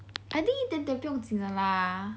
I think 一点点不用紧的啦